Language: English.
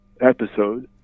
episode